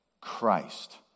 Christ